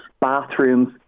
Bathrooms